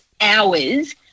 hours –